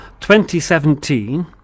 2017